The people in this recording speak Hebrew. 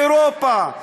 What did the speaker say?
באירופה,